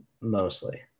mostly